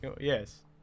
Yes